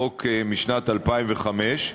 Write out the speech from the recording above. חוק משנת 2005,